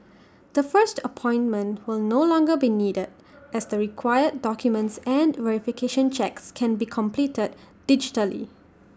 the first appointment will no longer be needed as the required documents and verification checks can be completed digitally